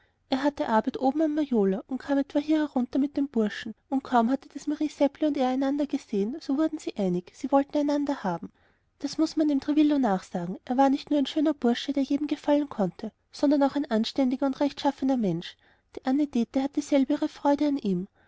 er hatte arbeit oben am maloja und kam etwa hier herunter mit den burschen und kaum hatten das marie seppli und er einander gesehen so wurden sie einig sie wollten einander haben und das muß man dem trevillo nachsagen er war nicht nur ein schöner bursche der jedem gefallen konnte sondern auch ein anständiger und rechtschaffener mensch die anne dete hatte selber ihre freude an ihm